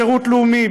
בשירות לאומי,